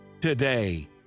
today